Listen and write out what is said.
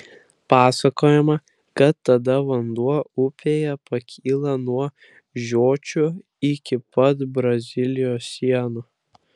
pasakojama kad tada vanduo upėje pakyla nuo žiočių iki pat brazilijos sienų